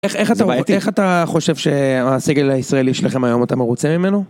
איך, זה בעייתי, איך אתה חושב שהסגל הישראלי שלכם היום אתה מרוצה ממנו?